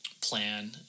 plan